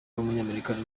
w’umunyamerika